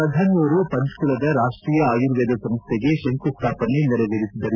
ಪ್ರಧಾನಿಯವರು ಪಂಚಕುಲದ ರಾಷ್ಟೀಯ ಆರ್ಯುವೇದ ಸಂಸ್ಥೆಗೆ ಶಂಕುಸ್ವಾಪನೆ ನೆರವೇರಿಸಿದರು